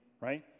right